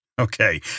Okay